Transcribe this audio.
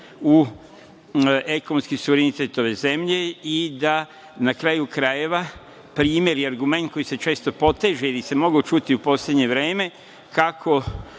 u ekonomski suverenitet ove zemlje i da, na kraju krajeva, primer i argument koji se često poteže ili se mogao čuti u poslednje vreme, kako